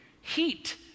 Heat